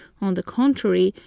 on the contrary,